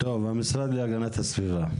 המשרד להגנת הסביבה.